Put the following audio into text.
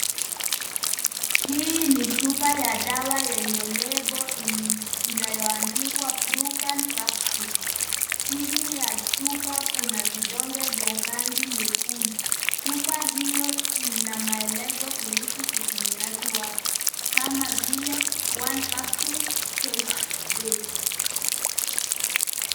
Hii ni chupa ya dawa yenye lebo inayoandikwa brucan capsules ,chini ya chupa kuna vidonge vya rangi nyekundu. Chupa hiyo ina maelezo kuhusu utumiaaji wake kama vile 1 capsule twice a day.